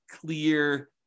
clear